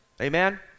Amen